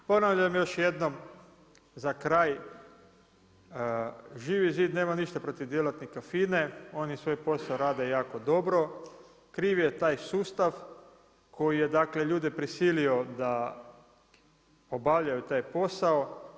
Ponavljam još jednom za kraj, Živi zid nema ništa protiv djelatnika FINA-e, oni svoj posao rade jako dobro, kriv je taj sustav koji je dakle, ljude prisilio da obavljaju taj posao.